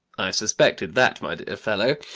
suspected that, my dear fellow!